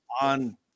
on